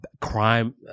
crime